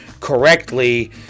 correctly